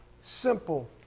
simple